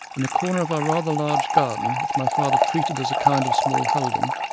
in a corner of our rather large garden, which my father treated as a kind of small holding,